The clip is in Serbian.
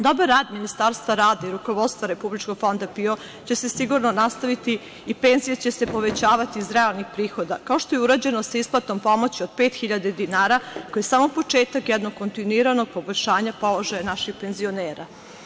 Dobar rad Ministarstva rada i rukovodstva Republičkog fonda PIO će se sigurno nastaviti i penzije će se povećavati iz realnih prihoda, kao što je urađeno sa isplatom pomoći od 5.000 dinara koja je samo početak jednog kontinuiranog poboljšanja položaja naših penzionera.